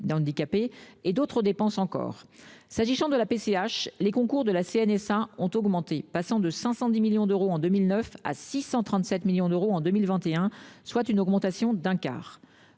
handicapées (MDPH), et d'autres dépenses encore. S'agissant de la PCH, les concours de la CNSA ont augmenté, passant de 510 millions d'euros en 2009 à 637 millions d'euros en 2021, soit une augmentation d'un quart.